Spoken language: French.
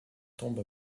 tombe